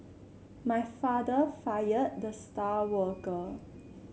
my father fired the star worker